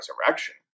resurrection